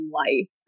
life